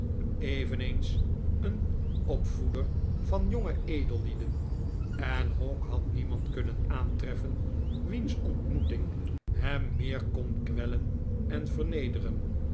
eveneens een opvoeder van jonge edellieden en hawk had niemand kunnen aantreffen wiens ontmoeting hem meer kon kwellen en vernederen